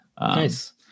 nice